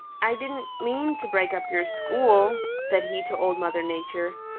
i didn't mean to break up your school, said he to old mother nature.